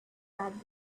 that